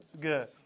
Good